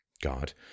god